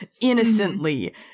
innocently